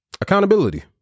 accountability